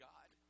God